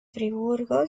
friburgo